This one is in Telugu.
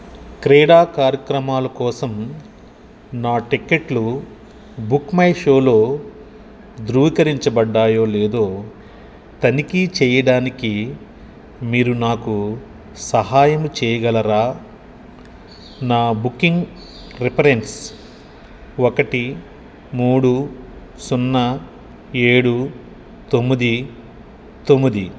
క్రీడా కార్యక్రమాలు కోసం నా టికెట్లు బుక్మైషోలో ధృవీకరించబడ్డాయో లేదో తనిఖీ చెయ్యడానికి మీరు నాకు సహాయము చెయ్యగలరా నా బుకింగ్ రెఫరెన్స్ ఒకటి మూడు సున్నా ఏడు తొమ్మిది తొమ్మిది